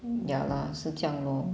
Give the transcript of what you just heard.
ya lah 是这样 lor